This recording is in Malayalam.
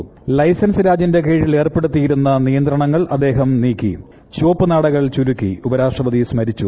ലൈസൻസ് രാജിന്റെ കീഴിൽ ഏർപ്പെടുത്തിയിരുന്ന നിയന്ത്രണങ്ങൾ അദ്ദേഹം നീക്കി ചുവപ്പുനാടകൾ ചുരുക്കി ഉപരാഷ്ട്രപതി സ്മരിച്ചു